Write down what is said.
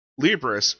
Libris